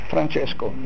Francesco